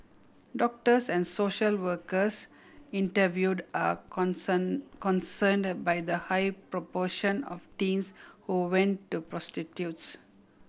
doctors and social workers interviewed are concern concerned by the high proportion of teens who went to prostitutes